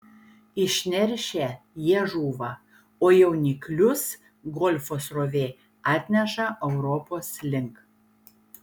išneršę jie žūva o jauniklius golfo srovė atneša europos link